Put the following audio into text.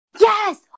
Yes